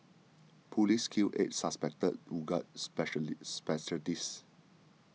police kill eight suspected Uighur specially separatists